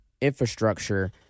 infrastructure